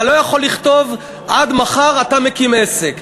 אתה לא יכול לכתוב: עד מחר אתה מקים עסק.